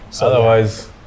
Otherwise